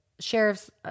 Sheriff's